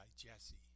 Jesse